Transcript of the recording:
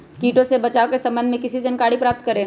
किटो से बचाव के सम्वन्ध में किसी जानकारी प्राप्त करें?